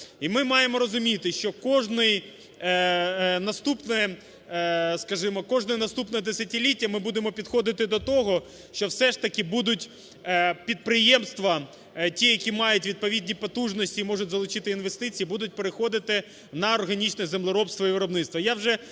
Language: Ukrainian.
наступне, скажімо, кожне наступне десятиліття ми будемо підходити до того, що все ж таки будуть підприємства ті, які мають відповідні потужності і можуть залучити інвестиції, будуть переходити на органічне землеробство і виробництво.